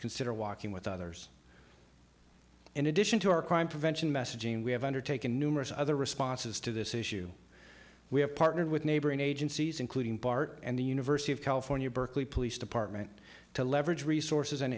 consider walking with others in addition to our crime prevention messaging we have undertaken numerous other responses to this issue we have partnered with neighboring agencies including bart and the university of california berkeley police department to leverage resources and